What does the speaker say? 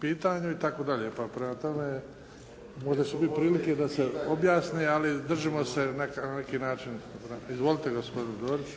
pitanju itd. pa prema tome možda će biti prilike da se objasni, ali držimo se na neki način… Izvolite gospodine Dorić.